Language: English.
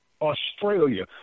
Australia